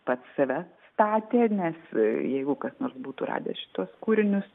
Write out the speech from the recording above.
pats save statė nes jeigu kas nors būtų radęsis šituos kūrinius